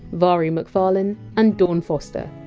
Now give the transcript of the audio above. mhairi mcfarlane and dawn foster.